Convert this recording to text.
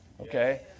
okay